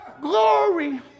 glory